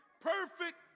perfect